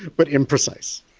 but imprecise.